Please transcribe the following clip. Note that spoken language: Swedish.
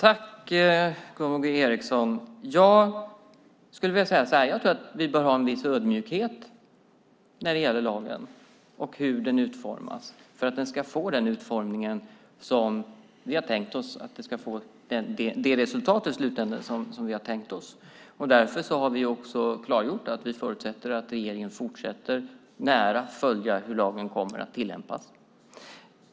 Herr talman! Jag tror att vi behöver en viss ödmjukhet när det gäller lagen och hur den utformas för att den i slutänden ska få det resultat som vi har tänkt oss. Därför har vi klargjort att vi förutsätter att regeringen fortsätter att nära följa hur lagen kommer att tillämpas.